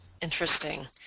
Interesting